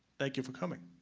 thank you for come ing.